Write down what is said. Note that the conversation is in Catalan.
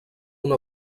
una